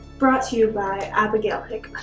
brought to you by abigail